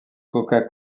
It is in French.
coca